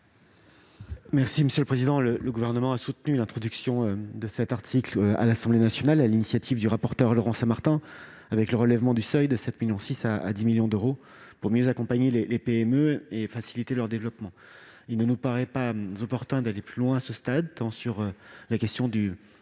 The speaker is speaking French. sur ces six amendements ? Le Gouvernement a soutenu l'introduction de cet article à l'Assemblée nationale, sur l'initiative du rapporteur Laurent Saint-Martin, avec le relèvement du seuil de 7,63 millions d'euros à 10 millions d'euros pour mieux accompagner les PME et faciliter leur développement. Il ne nous paraît pas opportun d'aller plus loin, tant sur la question du